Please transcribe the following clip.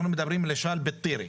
אנחנו מדברים למשל בטירה.